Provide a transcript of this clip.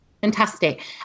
fantastic